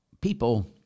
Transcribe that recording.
people